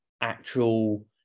actual